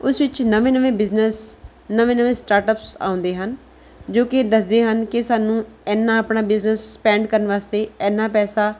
ਉਸ ਵਿੱਚ ਨਵੇਂ ਨਵੇਂ ਬਿਜਨਿਸ ਨਵੇਂ ਨਵੇਂ ਸਟਾਰਟਅਪਸ ਆਉਂਦੇ ਹਨ ਜੋ ਕਿ ਦੱਸਦੇ ਹਨ ਕਿ ਸਾਨੂੰ ਇੰਨਾ ਆਪਣਾ ਬਿਜਨਸ ਸਪੈਂਡ ਕਰਨ ਵਾਸਤੇ ਇੰਨਾ ਪੈਸਾ